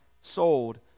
sold